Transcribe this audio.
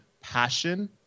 passion